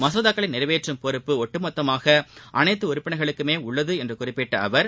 மசோதாக்களை நிறைவேற்றும் பொறுப்பு ஒட்டுமொத்தமாக அனைத்து உறுப்பினர்களுக்குமே உள்ளது என்று குறிப்பிட்ட அவர்